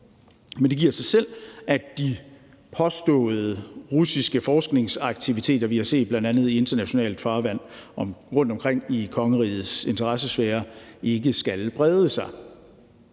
Men det giver sig selv, at de påståede russiske forskningsaktiviteter, vi har set i bl.a. internationalt farvand rundtomkring i kongerigets interessesfære, ikke skal brede sig.